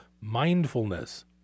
mindfulness